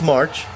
March